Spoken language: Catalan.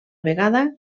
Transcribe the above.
vegada